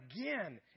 again